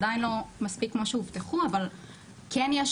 עדיין לא מספיק כמו שהובטחו אבל כן יש